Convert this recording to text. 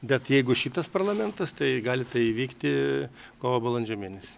bet jeigu šitas parlamentas tai gali tai įvykti kovo balandžio mėnesį